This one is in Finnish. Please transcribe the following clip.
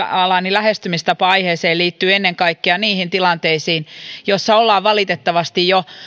lähestymistapa aiheeseen liittyy ennen kaikkea niihin tilanteisiin joissa ollaan valitettavasti jo